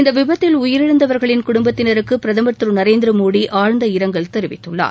இந்த விபத்தில் உயிரிழந்தவர்களின் குடும்பத்தினருக்கு பிரதமர் திரு நரேந்திர மோடி ஆழ்ந்த இரங்கல் தெரிவித்துள்ளார்